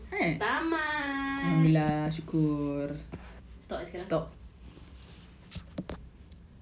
dah lima empat tiga dua satu tamat